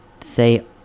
say